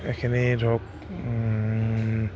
এইখিনি ধৰক